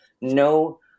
no